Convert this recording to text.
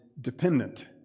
dependent